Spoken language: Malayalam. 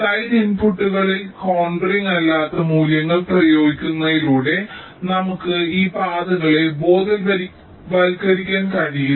സൈഡ് ഇൻപുട്ടുകളിൽ കോണ്ടറിംഗ് അല്ലാത്ത മൂല്യങ്ങൾ പ്രയോഗിക്കുന്നതിലൂടെ നമുക്ക് ഈ പാതകളെ ബോധവൽക്കരിക്കാൻ കഴിയില്ല